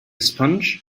sponge